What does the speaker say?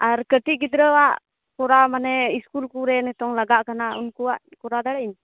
ᱟᱨ ᱠᱟᱹᱴᱤᱜ ᱜᱤᱫᱽᱨᱟᱹᱣᱟᱜ ᱠᱚᱨᱟᱣ ᱢᱟᱱᱮ ᱤᱥᱠᱩᱞ ᱠᱚᱨᱮ ᱱᱤᱛᱚᱝ ᱞᱟᱜᱟᱜ ᱠᱟᱱᱟ ᱩᱱᱠᱩᱣᱟᱜ ᱠᱚᱨᱟᱣ ᱫᱟᱲᱮᱭᱟᱜ ᱟᱹᱧ